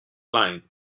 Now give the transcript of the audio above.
line